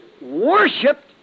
worshipped